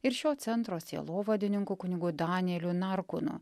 ir šio centro sielovadininku kunigu danieliu narkunu